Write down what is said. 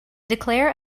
declare